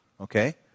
okay